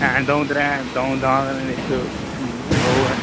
हैन दौं त्रै दौ दांद ते इक्क गौ ऐ